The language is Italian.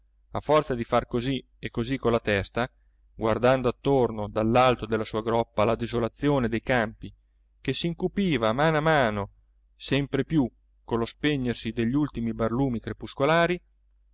a forza di far così e così con la testa guardando attorno dall'alto della sua groppa la desolazione dei campi che s'incupiva a mano a mano sempre più con lo spegnersi degli ultimi barlumi